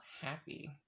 happy